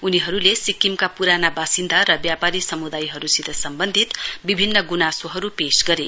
उनीहरूले सिक्किमका पुराना बासिन्दा व्यापारी समुदायहरूसित सम्बन्धित विभिन्न गुनासोहरू पेश गरे